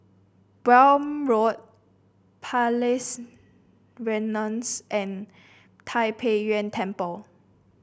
Welm Road Palais and Tai Pei Yuen Temple